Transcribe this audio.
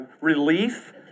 relief